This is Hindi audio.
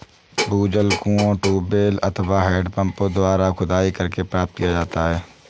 भूजल कुओं, ट्यूबवैल अथवा हैंडपम्पों द्वारा खुदाई करके प्राप्त किया जाता है